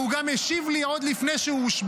והוא גם השיב לי עוד לפני שהושבע.